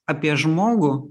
apie žmogų